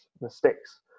mistakes